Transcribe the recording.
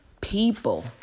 people